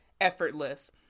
effortless